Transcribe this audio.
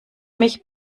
mich